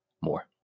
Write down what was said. more